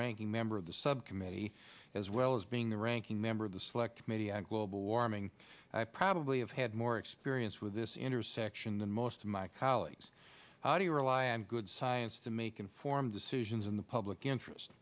ranking member of the subcommittee as well as being the ranking member of the select committee on global warming i probably have had more experience with this intersection than most of my colleagues how do you rely on good science to make informed decisions in the public interest